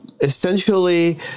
essentially